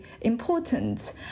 important